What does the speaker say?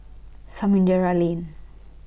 Samudera Lane